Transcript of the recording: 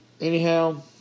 Anyhow